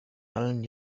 allen